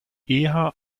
eher